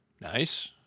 Nice